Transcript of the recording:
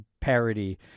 parody